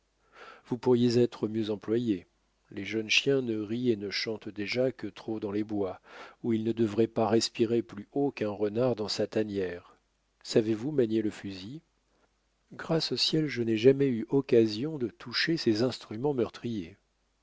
vous pourriez être mieux employé les jeunes chiens ne rient et ne chantent déjà que trop dans les bois où ils ne devraient pas respirer plus haut qu'un renard dans sa tanière savez-vous manier le fusil grâce au ciel je n'ai jamais eu occasion de toucher ces instruments meurtriers